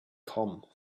come